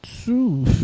two